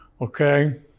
Okay